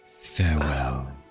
Farewell